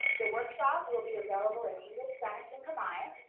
the workshop will be available in english, spanish and kamai.